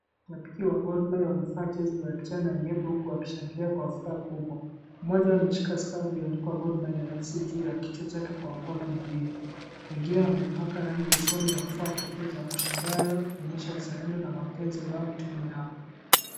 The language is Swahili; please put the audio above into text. Mashabiki wa Gor Mahia wamevaa jezi za kijani na nyeupe huku wakishangilia kwa furaha kubwa. Mmoja ameshika skafu iliyoandikwa Gor Mahia F.C ,juu ya kichwa chake kwa makono mawili. Mwingine amepaka rangi usoni na kuvaa kofia za kushangaa kuonyesha uzalendo na mapenzi kwa timu yao.